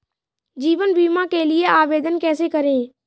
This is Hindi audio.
जीवन बीमा के लिए आवेदन कैसे करें?